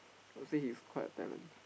I will say he's quite a talent